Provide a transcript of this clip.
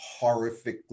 horrifically